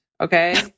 okay